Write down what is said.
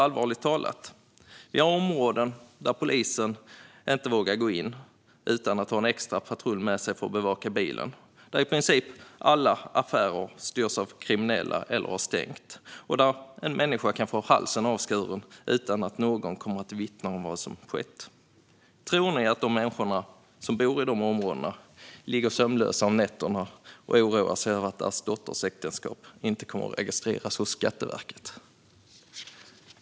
Allvarligt talat, vi har områden där polisen inte vågar gå in utan att ha en extra patrull med sig för att bevaka bilen, där i princip alla affärer styrs av kriminella eller har stängt och där en människa kan få halsen avskuren utan att någon kommer att vittna om vad som skett. Tror ni att människor som bor i dessa områden ligger sömnlösa om nätterna av oro över att deras dotters äktenskap inte kommer att registreras hos Skatteverket?